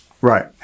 right